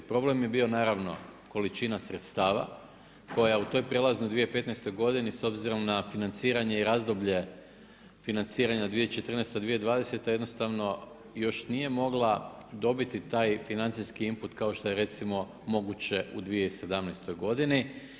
Problem je bio naravno količina sredstava koja u toj prijelaznoj 2015. godini s obzirom na financiranje i razdoblje financiranja 2014.-2020. jednostavno još nije mogla dobiti taj financijski input kao što je recimo moguće u 2017. godini.